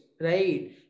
right